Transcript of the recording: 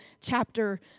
chapter